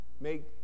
make